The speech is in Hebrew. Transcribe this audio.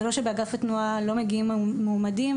זה לא שבאגף התנועה לא מגיעים מועמדים,